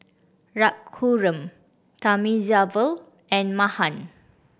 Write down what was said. Raghuram Thamizhavel and Mahan